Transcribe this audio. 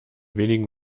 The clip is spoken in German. wenigen